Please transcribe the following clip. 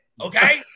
Okay